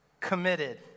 Committed